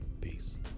Peace